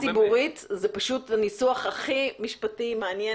תקלה ציבורית זה פשוט ניסוח הכי משפטי מעניין